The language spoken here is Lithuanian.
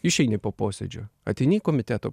išeini po posėdžio ateini į komiteto